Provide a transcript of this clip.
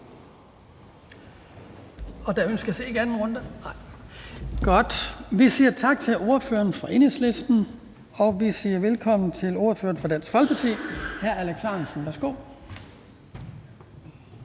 Vi siger tak til ordføreren fra Enhedslisten. Så siger vi velkommen til ordføreren for Dansk Folkeparti, hr. Alex Ahrendtsen.